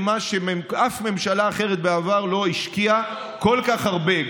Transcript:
אף ממשלה אחרת בעבר לא השקיעה כל כך הרבה,